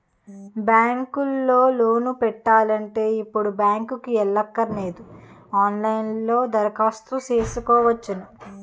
bank లో loan పెట్టాలంటే ఇప్పుడు బ్యాంకుకి ఎల్లక్కరనేదు ఆన్ లైన్ లో దరఖాస్తు సేసుకోవచ్చును